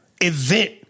event